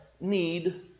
need